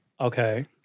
Okay